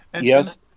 yes